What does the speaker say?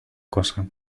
cosa